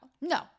No